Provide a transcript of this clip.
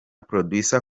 producer